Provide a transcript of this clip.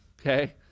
okay